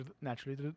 naturally